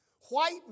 White